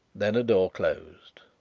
then a door closed.